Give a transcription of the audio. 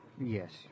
Yes